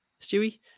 Stewie